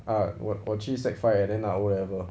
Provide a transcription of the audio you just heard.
ah 我去 sec five then 拿 O level